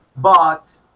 but